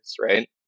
right